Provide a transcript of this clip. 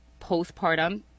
postpartum